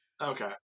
okay